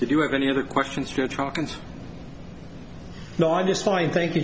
did you have any other questions for talk and no i just fine thank you